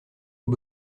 aux